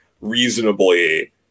reasonably